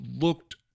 looked